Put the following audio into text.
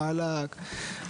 חלק,